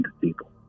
people